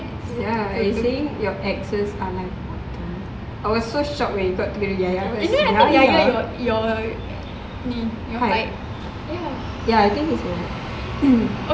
ya you're saying your exes are like what the I was so shocked when you got together with yaya yaya height ya I think he's my height